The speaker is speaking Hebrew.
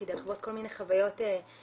כדי לחוות כל מיני חוויות חיוביות.